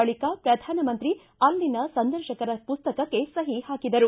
ಬಳಿಕ ಪ್ರಧಾನಮಂತ್ರಿ ಅಲ್ಲಿನ ಸಂದರ್ಶಕರ ಮಸ್ತಕಕ್ಕೆ ಸಹಿ ಹಾಕಿದರು